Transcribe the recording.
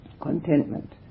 contentment